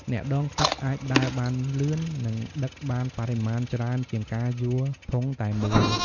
អ្នកដងទឹកអាចដើរបានលឿន និងដឹកបានបរិមាណច្រើនជាងការយួរធុងតែមួយ។